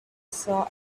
saw